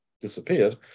disappeared